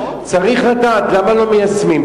צריך לדעת למה לא מיישמים.